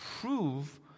prove